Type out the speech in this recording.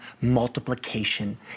multiplication